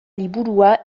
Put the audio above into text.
liburua